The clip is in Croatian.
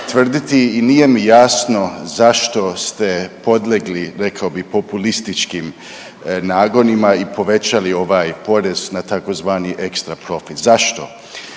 tvrditi i nije mi jasno zašto ste podlegli, rekao bih populističkim nagonima i povećali ovaj porez na tzv. ekstra profit. Zašto?